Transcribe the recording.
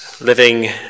living